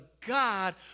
God